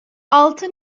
altı